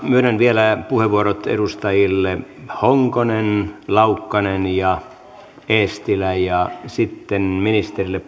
myönnän vielä puheenvuorot edustajille honkonen laukkanen ja eestilä ja sitten ministerille